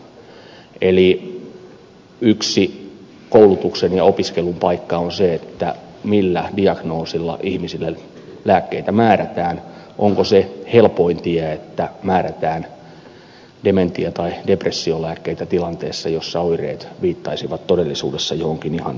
eli yksi koulutuksen ja opiskelun paikka on se millä diagnoosilla ihmisille lääkkeitä määrätään onko se helpoin tie että määrätään dementia tai depressiolääkkeitä tilanteessa jossa oireet viittaisivat todellisuudessa johonkin ihan muuhun